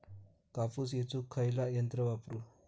कापूस येचुक खयला यंत्र वापरू?